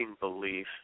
belief